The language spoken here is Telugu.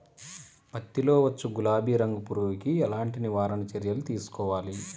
పత్తిలో వచ్చు గులాబీ రంగు పురుగుకి ఎలాంటి నివారణ చర్యలు తీసుకోవాలి?